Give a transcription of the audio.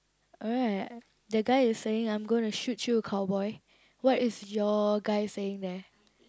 alright the guy is saying I'm gonna shoot you cowboy what is your guy saying there